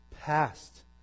past